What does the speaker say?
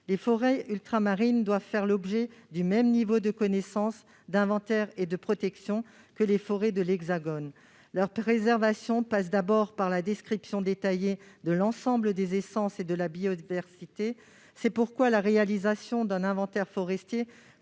Les forêts ultramarines doivent faire l'objet du même niveau de connaissance, d'inventaire et de protection que les forêts de l'Hexagone. Leur préservation passe d'abord par la description détaillée de l'ensemble des essences et de la biodiversité. C'est pourquoi la réalisation d'un inventaire forestier